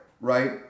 right